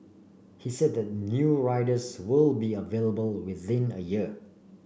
he said that new riders will be available within a year